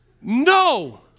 No